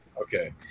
Okay